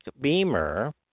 Beamer